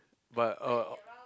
but uh